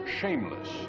shameless